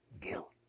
guilt